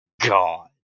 God